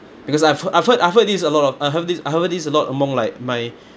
because I've h~ I've heard I've heard these a lot of I've heard this I've heard this a lot among like my